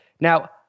Now